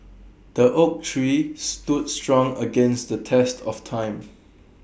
the oak tree stood strong against the test of time